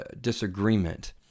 disagreement